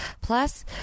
Plus